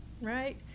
right